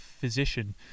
physician